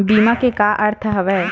बीमा के का अर्थ हवय?